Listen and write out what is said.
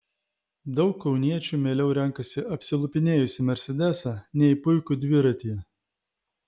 daug kauniečių mieliau renkasi apsilupinėjusį mersedesą nei puikų dviratį